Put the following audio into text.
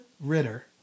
Ritter